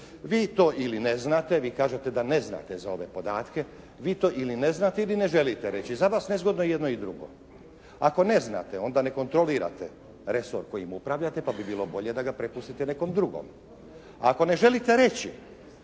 Vi to ili ne znate. Vi kažete da ne znate za ove podatke. Vi to ili ne znate ili ne želite reći. Za vas nezgodno i jedno i drugo. Ako ne znate onda ne kontrolirate resor kojim upravljate pa bi bilo bolje da ga prepustite nekom drugom. Ako ne želite reći,